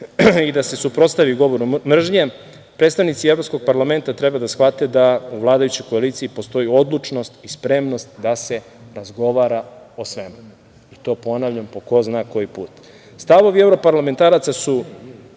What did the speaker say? i da se suprotstavi govoru mržnje, predstavnici Evropskog parlamenta treba da shvate da u vladajućoj koaliciji postoji odlučnost i spremnost da se razgovara o svemu, i to ponavljam po ko zna koji put. Stavovi evroparlamentaraca su